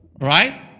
right